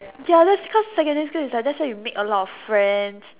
ya thats cause secondary school is like that's when you make a lot of friends